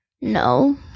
No